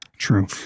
true